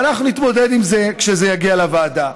ואנחנו נתמודד עם זה כשזה יגיע לוועדה.